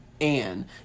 Anne